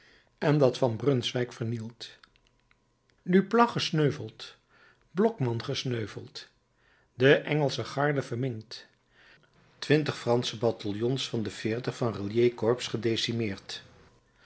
en dat van brunswijk vernield duplat gesneuveld blockmann gesneuveld de engelsche garde verminkt twintig fransche bataljons van de veertig van reillés corps gedecimeerd